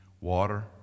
water